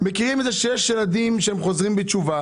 מכירים את זה שיש ילדים שחוזרים בתשובה